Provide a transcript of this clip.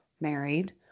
married